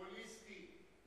הוליסטית,